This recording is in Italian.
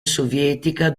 sovietica